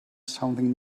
something